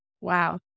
Wow